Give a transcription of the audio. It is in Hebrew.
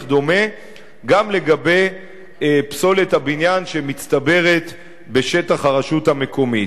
דומה גם לגבי פסולת הבניין שמצטברת בשטח הרשות המקומית.